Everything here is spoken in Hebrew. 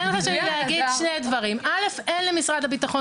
כן חשוב לי להגיד שאין למשרד הביטחון